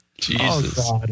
Jesus